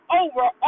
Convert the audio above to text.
over